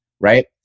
right